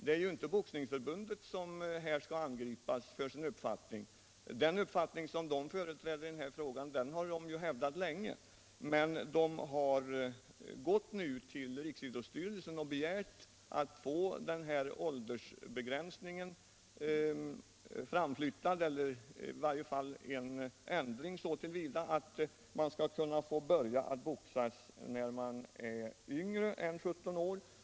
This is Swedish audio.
Det är inte Boxningsförbundet som skall angripas för sin uppfattning, den uppfattning förbundet företräder i den här frågan har man hävdat länge, men man har nu gått till Riksidrottsstyrelsen och begärt att få en ändring av åldersgränsen så till vida att ungdomar skall få börja boxas när de är yngre än 17 år.